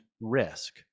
risk